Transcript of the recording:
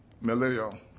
millennial